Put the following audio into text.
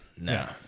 No